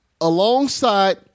alongside